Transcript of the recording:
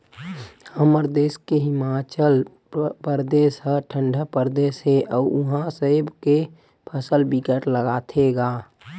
हमर देस के हिमाचल परदेस ह ठंडा परदेस हे अउ उहा सेब के फसल बिकट लगाथे गा